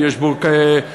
ויש בו עילויים,